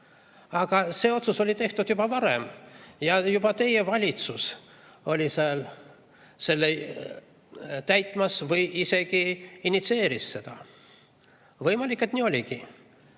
aga see otsus on tehtud juba varem – juba teie valitsus täitis seda või isegi initsieeris seda. Võimalik, et nii oligi.